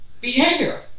behavior